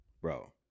bro